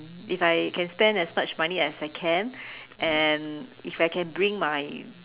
if I can spend as much money as I can and if I can bring my